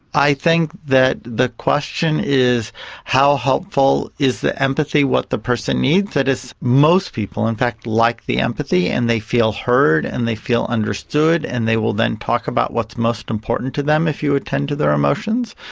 i think that the question is how helpful is the empathy, what the person needs, that is most people in fact like the empathy and they feel heard and they feel understood and they will then talk about what's most important to them if you attend to their emotions.